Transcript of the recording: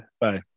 Bye